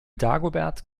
dagobert